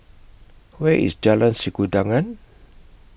Where IS Jalan Sikudangan